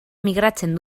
migratzen